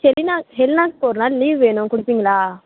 Helena ஹெலினாவுக்கு ஒரு நாள் லீவ் வேணும் கொடுப்பீங்களா